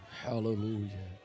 hallelujah